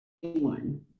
one